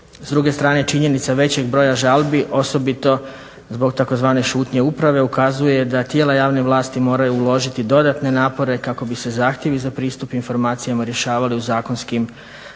S druge strane činjenica većeg broja žalbi osobito zbog tzv. šutnje uprave ukazuje da tijela javne vlasti moraju uložiti dodatne napore kako bi se zahtjevi za pristup informacijama rješavali u zakonskim rokovima